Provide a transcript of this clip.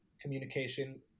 communication